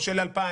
או של 2,000,